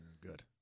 Good